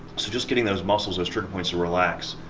so just getting those muscles, those trigger points to relax.